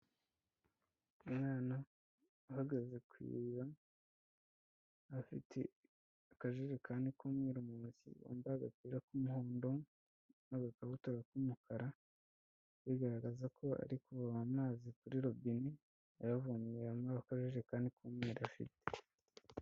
Umwana uhagaze ku iriba afite akajirekani k'umweru mu ntoki, wambaye agapira k'umuhondo n'agakabutura k'umukara bigaragaza ko ari kuvoma amazi kuri robine, ayavomera muri ako kajarekani k'umweru afite.